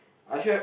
I should have